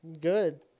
Good